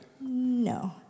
No